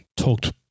talked